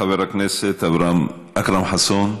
חבר הכנסת אכרם חסון,